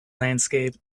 landscape